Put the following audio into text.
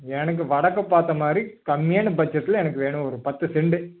எனக்கு வடக்கு பார்த்தமாரி கம்மியான பட்ஜெட்டில் எனக்கு வேணும் ஒரு பத்து செண்ட்டு